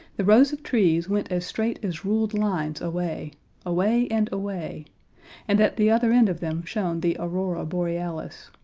the rows of trees went as straight as ruled lines away away and away and at the other end of them shone the aurora borealis.